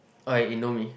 orh indomie